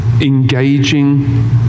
engaging